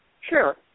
Sure